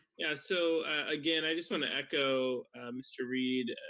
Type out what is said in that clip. yeah, so again, i just wanna echo mr. reid,